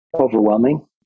overwhelming